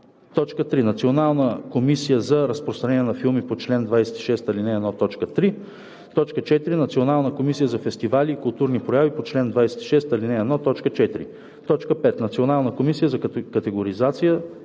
т. 2; 3. Национална комисия за разпространение на филми по чл. 26, ал. 1, т. 3; 4. Национална комисия за фестивали и културни прояви по чл. 26, ал. 1, т. 4; 5. Национална комисия за категоризация;